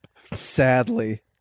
sadly